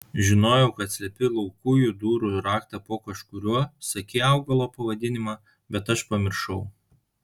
žinojau kad slepi laukujų durų raktą po kažkuriuo sakei augalo pavadinimą bet aš pamiršau